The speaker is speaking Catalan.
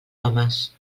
homes